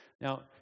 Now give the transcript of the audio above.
Now